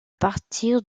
partir